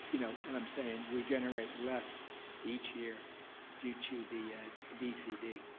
you know what i'm saying, we generate less each year due to the dcd.